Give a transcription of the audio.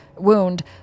Wound